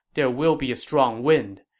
there will be a strong wind.